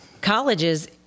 colleges